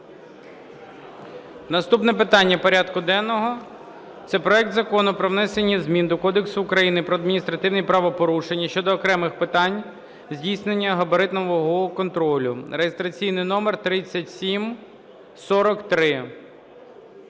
Наступне питання порядку денного це проект Закону про внесення змін до Кодексу України про адміністративні правопорушення щодо окремих питань здійснення габаритно-вагового контролю (реєстраційний номер 3743).